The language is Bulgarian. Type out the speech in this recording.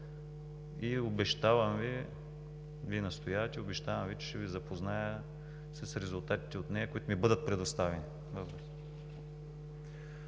Обещавам Ви – Вие настоявате – обещавам Ви, че ще Ви запозная с резултатите от нея, които ми бъдат предоставени.